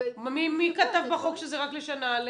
מי כתב בחוק שזה רק לשנה א'?